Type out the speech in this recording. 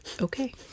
okay